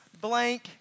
blank